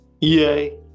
Yay